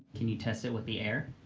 can you test it with the air?